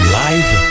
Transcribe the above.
live